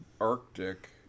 Arctic